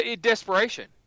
desperation